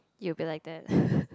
you'll be like that